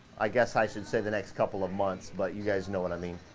i guess i should say the next couple of months, but you guys know what i mean.